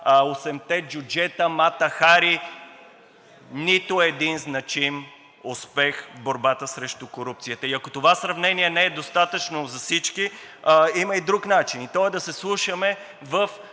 Хари“. (Шум и реплики.) Нито един значим успех в борбата срещу корупцията! И ако това сравнение не е достатъчно за всички, има и друг начин и той е да се вслушаме в